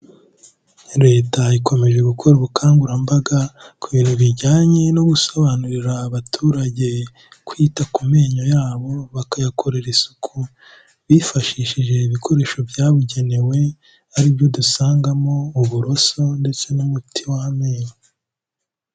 Leta ikomeje gukora ubukangurambaga ku bintu bijyanye no gusobanurira abaturage, kwita ku menyo yabo bakayakorera isuku bifashishije ibikoresho byabugenewe ari byo dusangamo uburoso ndetse n'umuti w'amenyo.